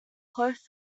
close